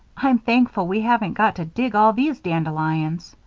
i'm thankful we haven't got to dig all these dandelions.